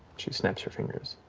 she snaps her fingers.